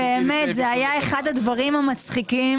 באמת, זה היה אחד הדברים המצחיקים.